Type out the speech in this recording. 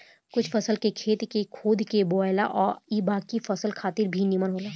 कुछ फसल के खेत के खोद के बोआला आ इ बाकी फसल खातिर भी निमन होला